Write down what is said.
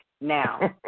Now